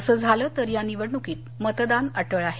असं झालं तर या निवडणुकीत मतदान अटळ आहे